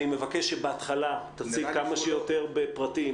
אני מבקש שבהתחלה תציג כמה שיותר בפרטים